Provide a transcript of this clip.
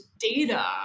data